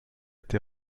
été